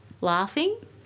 laughing